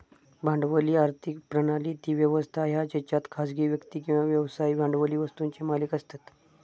भांडवली आर्थिक प्रणाली ती व्यवस्था हा जेच्यात खासगी व्यक्ती किंवा व्यवसाय भांडवली वस्तुंचे मालिक असतत